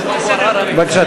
בבקשה,